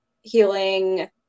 healing